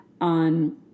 on